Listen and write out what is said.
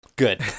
Good